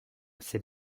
ces